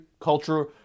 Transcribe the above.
culture